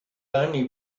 only